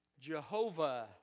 Jehovah